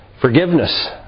forgiveness